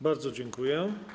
Bardzo dziękuję.